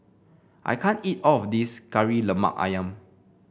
I can't eat all of this Kari Lemak ayam